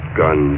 gun